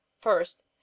first